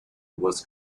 was